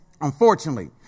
Unfortunately